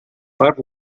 per